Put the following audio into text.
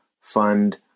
fund